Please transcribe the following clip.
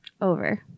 Over